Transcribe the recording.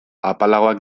apalagoak